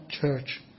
church